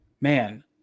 man